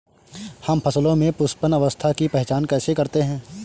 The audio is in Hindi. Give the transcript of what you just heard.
हम फसलों में पुष्पन अवस्था की पहचान कैसे करते हैं?